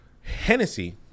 Hennessy –